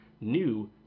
new